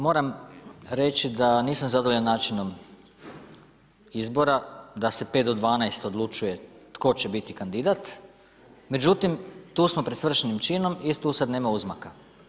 Moram reći da nisam zadovoljan načinom izbora, da se 5 do 12 odlučuje tko će biti kandidat, međutim tu smo pred svršenim činom i tu sad nema uzmaka.